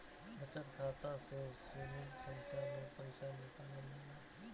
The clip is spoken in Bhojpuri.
बचत खाता से सीमित संख्या में पईसा निकालल जाला